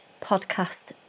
podcast